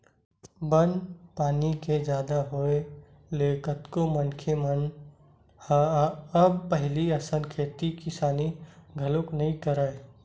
बन पानी के जादा होय ले कतको झन मनखे मन ह अब पहिली असन खेती किसानी घलो नइ करय